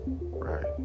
right